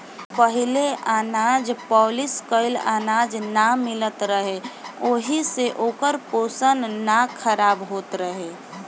पहिले अनाज पॉलिश कइल अनाज ना मिलत रहे ओहि से ओकर पोषण ना खराब होत रहे